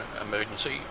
emergency